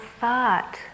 thought